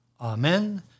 Amen